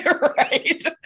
Right